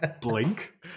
Blink